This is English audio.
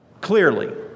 clearly